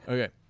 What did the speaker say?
Okay